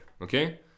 Okay